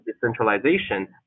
decentralization